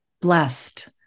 blessed